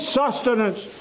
sustenance